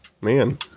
Man